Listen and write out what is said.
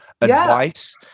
advice